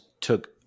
took